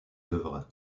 œuvres